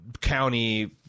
county